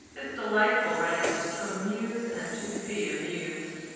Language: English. his delightful readiness to amuse and to be amused,